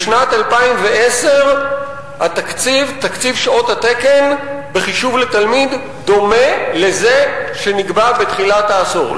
בשנת 2010 תקציב שעות התקן בחישוב לתלמיד דומה לזה שנקבע בתחילת העשור.